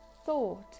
thought